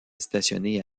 stationné